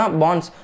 bonds